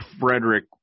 Frederick